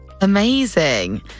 Amazing